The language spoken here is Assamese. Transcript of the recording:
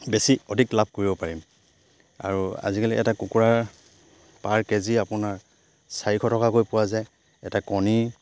বেছি অধিক লাভ কৰিব পাৰিম আৰু আজিকালি এটা কুকুৰা পাৰ কেজি আপোনাৰ চাৰিশ টকাকৈ পোৱা যায় এটা কণী